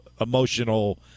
emotional